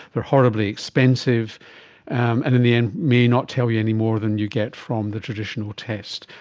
they're horribly expensive and in the end may not tell you any more than you get from the traditional test.